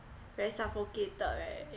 very suffocated right